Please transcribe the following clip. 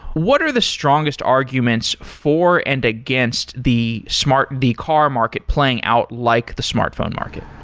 what are the strongest arguments for and against the smart the car market playing out like the smartphone market?